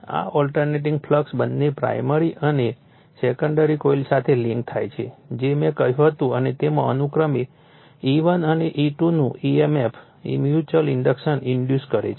આ alternating flux બંને primary અને સેકન્ડરી કોઇલ સાથે લિંક થાય છે જે મેં કહ્યું હતું અને તેમાં અનુક્રમે E1 અને E2 નું emfs મ્યુચ્યુઅલ ઇન્ડક્શન ઇન્ડુસ કરે છે